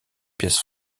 pièce